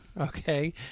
okay